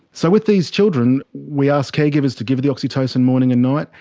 so with these children, we asked caregivers to give the oxytocin morning and night,